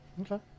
Okay